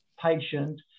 patient